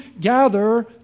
gather